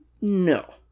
No